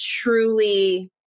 truly